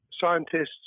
Scientists